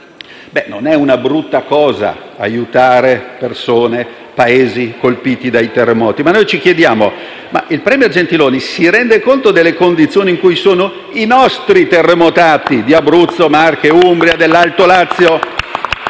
Non è una brutta cosa aiutare persone e Paesi colpiti dai terremoti ma noi ci chiediamo se il *premier* Gentiloni Silveri si renda conto delle condizioni in cui sono i nostri terremotati di Abruzzo, Marche, Umbria e dell'alto Lazio.